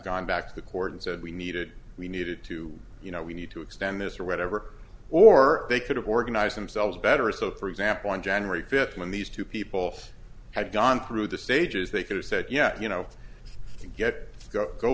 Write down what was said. gone back to the court and said we needed we needed to you know we need to extend this or whatever or they could have organized themselves better so for example on january fifth when these two people had gone through the stages they could have said yeah you know get it go go